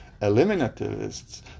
eliminativists